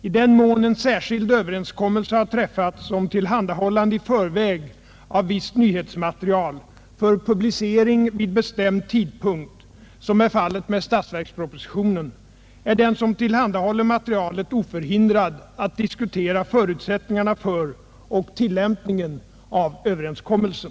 I den mån en särskild överenskommelse har träffats om tillhandahållande i förväg av visst nyhetsmaterial för publicering vid bestämd tidpunkt, som fallet är med statsverkspropositionen, är den som tillhandahåller materialet oförhindrad att diskutera förutsättningarna för och tillämpningen av överenskommelsen.